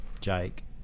Jake